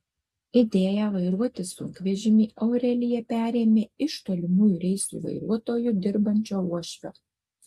idėją vairuoti sunkvežimį aurelija perėmė iš tolimųjų reisų vairuotoju dirbančio uošvio